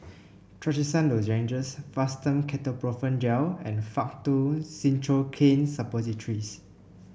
Trachisan Lozenges Fastum Ketoprofen Gel and Faktu Cinchocaine Suppositories